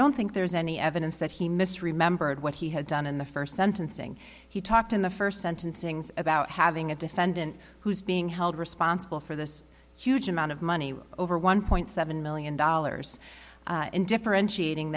don't think there's any evidence that he misremembered what he had done in the first sentencing he talked in the first sentence things about having a defendant who's being held responsible for this huge amount of money over one point seven million dollars in differentiating